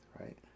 right